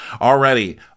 Already